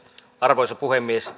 arvoisa puhemies